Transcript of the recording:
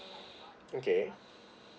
okay